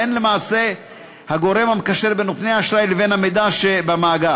והם למעשה הגורם המקשר בין נותני האשראי לבין המידע שבמאגר.